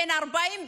בן 40,